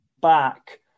back